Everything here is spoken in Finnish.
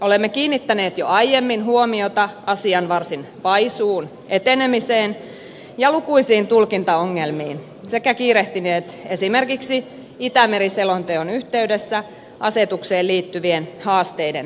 olemme kiinnittäneet jo aiemmin huomiota asian varsin vaisuun etenemiseen ja lukuisiin tulkintaongelmiin sekä kiirehtineet esimerkiksi itämeri selonteon yhteydessä asetukseen liittyvien haasteiden selvittämistä